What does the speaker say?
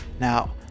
Now